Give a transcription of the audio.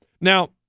Now –